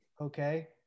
okay